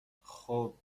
خوب